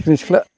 सिख्रि सिख्ला